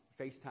FaceTime